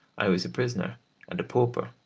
i was a prisoner and a pauper.